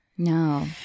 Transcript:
no